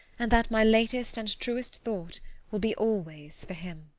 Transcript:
and that my latest and truest thought will be always for him.